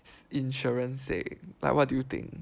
insurance sake like what do you think